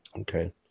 Okay